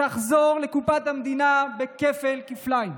תחזור לקופת המדינה בכפל כפליים,